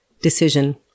decision